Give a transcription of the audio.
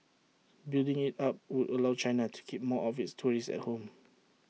building IT up would allow China to keep more of its tourists at home